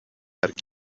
llarg